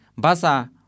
Basa